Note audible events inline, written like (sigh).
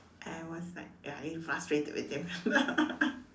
I was like ya I really frustrated with them (laughs)